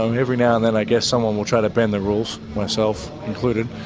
um every now and then i guess someone will try and bend the rules, myself included.